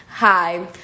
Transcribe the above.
Hi